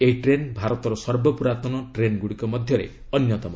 ଏହି ଟ୍ରେନ୍ ଭାରତର ସର୍ବପୁରାତନ ଟ୍ରେନ୍ଗୁଡ଼ିକ ମଧ୍ୟରେ ଅନ୍ୟତମ